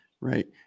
right